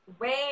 wait